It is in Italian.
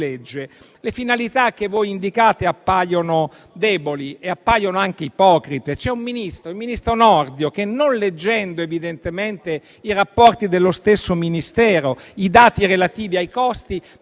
Le finalità che voi indicate appaiono deboli e anche ipocrite. Il ministro Nordio, non leggendo evidentemente i rapporti dello stesso Ministero e i dati relativi ai costi,